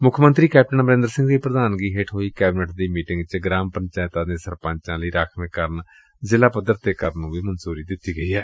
ਮੁੱਖ ਮੰਤਰੀ ਕੈਪਟਨ ਅਮਰੰਦਰ ਸਿੰਘ ਦੀ ਪ੍ਰਧਾਨਗੀ ਹੇਠ ਹੋਈ ਕੈਬਨਿਟ ਦੀ ਮੀਟਿੰਗ ਚ ਗਰਾਮ ਪੰਚਾਇਤਾਂ ਦੇ ਸਰਪੰਚਾਂ ਲਈ ਰਾਖਵਾਂਕਰਨ ਜ਼ਿਲ੍ਹੇ ਪੱਧਰ ਤੇ ਕਰਨ ਨੂੰ ਵੀ ਮਨਜੂਰੀ ਦਿੱਤੀ ਗਈ ਏ